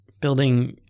Building